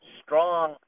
strong